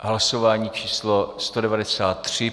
Hlasování číslo 193.